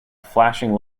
flashing